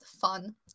fun